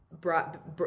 brought